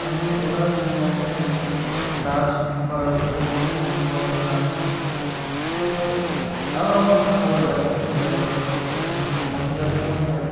আমি ওনার মতনই আর কি নাচ বা ওইরকমই আর কি ভঙ্গি মতে নাচি তো আরও আমার ভালো লাগে যেমন মহিলাদের মধ্যে